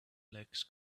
legs